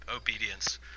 obedience